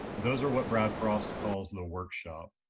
those are what brad frost calls the workshop,